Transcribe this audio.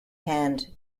hand